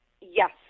Yes